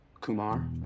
Kumar